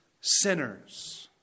Sinners